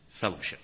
fellowship